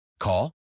Call